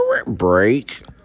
break